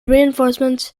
reinforcements